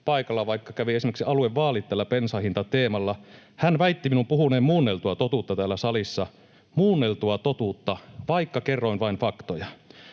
paikalla, vaikka kävi esimerkiksi aluevaalit tällä bensan hinta ‑teemalla — väitti minun puhuneen muunneltua totuutta täällä salissa — muunneltua totuutta, vaikka kerroin vain faktoja.